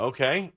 Okay